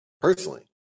personally